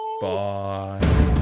bye